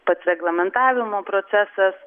pats reglamentavimo procesas